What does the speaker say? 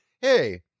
hey